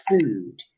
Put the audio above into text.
food